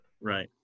Right